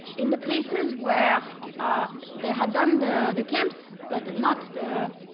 in the places where they had done the the camps but not the